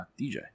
DJ